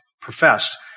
professed